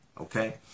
okay